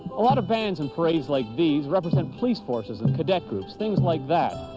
a lot of bands in parades like these represent police forces and cadet groups, things like that.